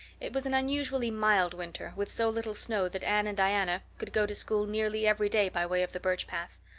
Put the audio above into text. it was an unusually mild winter, with so little snow that anne and diana could go to school nearly every day by way of the birch path.